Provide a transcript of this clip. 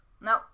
no